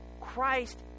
Christ